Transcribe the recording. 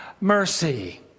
mercy